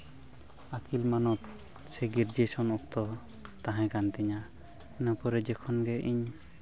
ᱟᱹᱠᱤᱞ ᱢᱟᱱᱚᱛ ᱥᱮ ᱜᱨᱮᱡᱩᱭᱮᱥᱚᱱ ᱚᱠᱛᱚ ᱛᱟᱦᱮᱸ ᱠᱟᱱ ᱛᱤᱧᱟᱹ ᱤᱱᱟᱹ ᱯᱚᱨᱮ ᱡᱚᱠᱷᱚᱱ ᱜᱮ ᱤᱧ